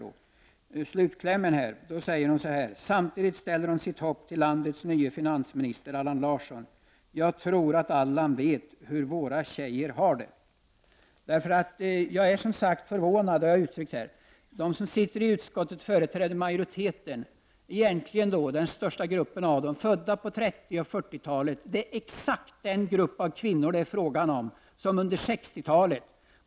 Där ställer hon nämligen sitt hopp till landets nye finansminister, Allan Larsson. Hon säger: Jag tror att Allan vet hur våra tjejer har det. Jag är som sagt förvånad — det har jag redan uttryckt. De som sitter i utskottet företräder majoriteten; den största gruppen av dem är födda på 1930 och 1940-talen. Det är exakt den grupp av kvinnor som jag talat om.